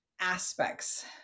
aspects